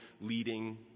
leading